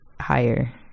higher